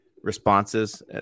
responses